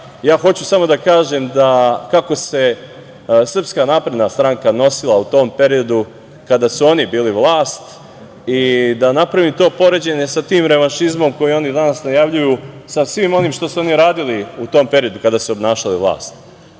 hoću samo da kažem da kako se SNS nosila u tom periodu kada su oni bili vlast i da napravim to poređenje sa tim revanšizmom koji oni danas najavljuju sa svim onim što su oni radili u tom periodu kada su obnašali vlast.